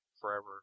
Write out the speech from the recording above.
forever